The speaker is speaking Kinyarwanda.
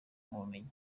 ubumenyi